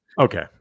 Okay